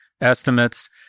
estimates